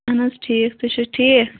اَہَن حظ ٹھیٖک تُہۍ چھُو ٹھیٖک